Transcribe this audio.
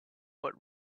but